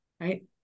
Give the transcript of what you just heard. right